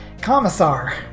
Commissar